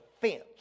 fence